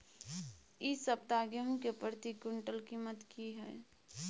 इ सप्ताह गेहूं के प्रति क्विंटल कीमत की हय?